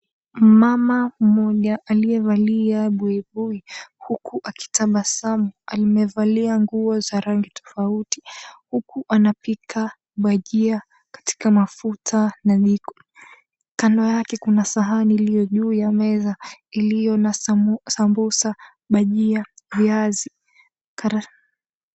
Mama mmoja aliyevalia buibui huku akitabasamu amevalia nguo za rangi tofauti huku anapika bajia katika mafuta na jiko. Kando yake kuna sahani iliyo juu ya meza iliyo na sambusa, bajia, viazi karai.